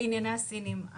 לענייני הסינים,